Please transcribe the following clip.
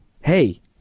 hey